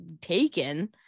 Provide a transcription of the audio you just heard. taken